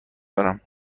دارم